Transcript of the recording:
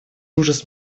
ужас